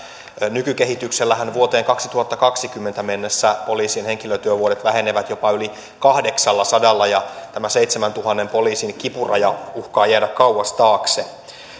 nykykehityksellähän vuoteen kaksituhattakaksikymmentä mennessä poliisien henkilötyövuodet vähenevät jopa yli kahdeksallasadalla ja tämä seitsemäntuhannen poliisin kipuraja uhkaa jäädä kauas taakse